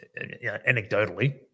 anecdotally